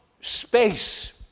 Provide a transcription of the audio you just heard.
space